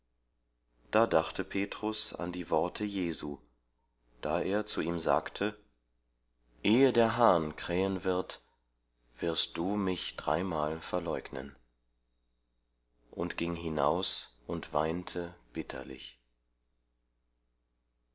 da dachte petrus an die worte jesu da er zu ihm sagte ehe der hahn krähen wird wirst du mich dreimal verleugnen und ging hinaus und weinte bitterlich